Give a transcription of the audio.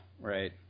right